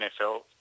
NFL